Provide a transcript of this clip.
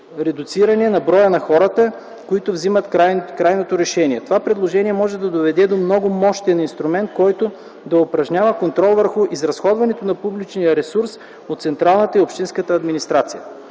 редуциране на броя на хората, които вземат крайното решение. Това предложение може да доведе до много мощен инструмент, който да упражнява контрол върху изразходването на публичния ресурс от централната и общинската администрация.